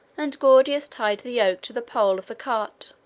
and gordius tied the yoke to the pole of the cart